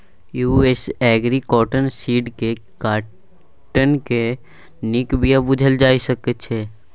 US agri cotton seed केँ काँटनक नीक बीया बुझल जा सकै छै